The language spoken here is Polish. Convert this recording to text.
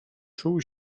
czuł